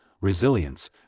resilience